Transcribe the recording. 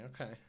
okay